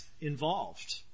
involved